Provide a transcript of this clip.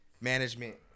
management